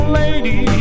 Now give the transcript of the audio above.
lady